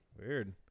Weird